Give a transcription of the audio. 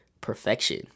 perfection